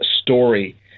story